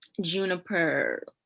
juniper